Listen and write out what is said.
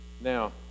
now